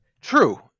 True